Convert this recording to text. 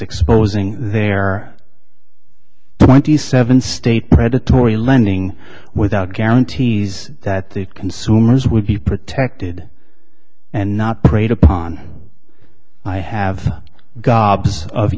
exposing their twenty seven state predatory lending without guarantees that the consumers would be protected and not preyed upon i have gobs of